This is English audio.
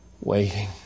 waiting